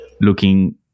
looking